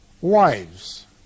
wives